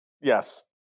Yes